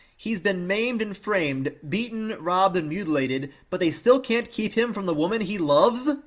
he's been maimed and framed, beaten, robbed, and mutilated, but they still can't keep him from the woman he loves?